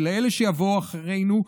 ולאלה שיבואו אחרינו,